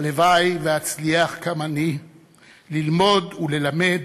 הלוואי שאצליח גם אני ללמוד וללמד